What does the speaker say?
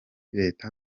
reta